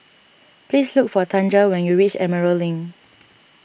please look for Tanja when you reach Emerald Link